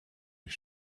his